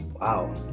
Wow